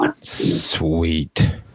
sweet